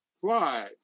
Fly